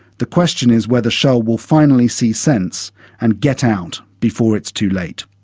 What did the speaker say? the question is whether shell will finally see sense and get out before it's too late.